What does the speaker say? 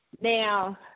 Now